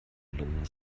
lungen